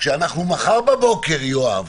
כשאנחנו מחר בבוקר, יואב,